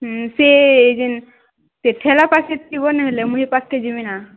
ହୁଁ ସେ ଜିନ୍ ସେ ଠେଲା ପାଖେ ଥିବ ନ ହେଲେ ମୁଇଁ ଏପାଖ୍ କେ ଯିବି ନା